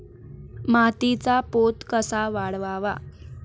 मातीचा पोत कसा वाढवावा?